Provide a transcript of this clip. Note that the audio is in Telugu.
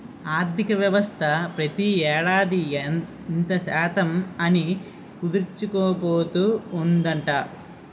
ఆర్థికవ్యవస్థ ప్రతి ఏడాది ఇంత శాతం అని కుదించుకుపోతూ ఉందట